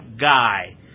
guy